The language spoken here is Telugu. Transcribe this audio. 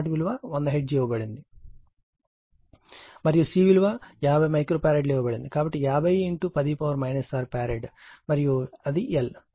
మరియు C విలువ 50 మైక్రో ఫారడ్ ఇవ్వబడింది కాబట్టి 50 10 6 ఫారడ్ మరియు అది L